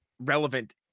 relevant